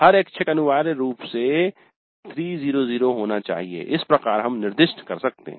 हर ऐच्छिक अनिवार्य रूप से 300 होना चाहिए इस प्रकार हम निर्दिष्ट कर सकते हैं